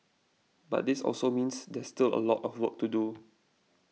but this also means there's still a lot of work to do